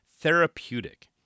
therapeutic